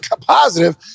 positive